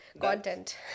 Content